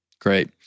Great